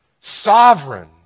Sovereign